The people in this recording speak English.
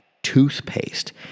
Toothpaste